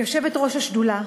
כיושבת-ראש השדולה